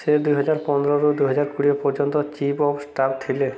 ସେ ଦୁଇହଜାର ପନ୍ଦରରୁ ଦୁଇହଜାର କୋଡ଼ିଏ ପର୍ଯ୍ୟନ୍ତ ଚିଫ୍ ଅଫ୍ ଷ୍ଟାଫ୍ ଥିଲେ